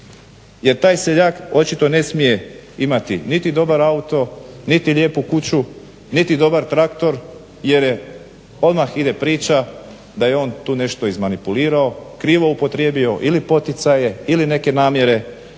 Jer taj seljak očito ne smije imati niti dobar auto, niti lijepu kuću, niti dobar traktor jer odmah ide priča da je on tu nešto izmanipulirao, krivo upotrijebio ili poticaje ili neke namjere